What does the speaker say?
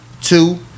two